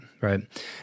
right